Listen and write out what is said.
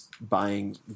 buying